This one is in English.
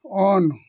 on